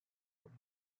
digne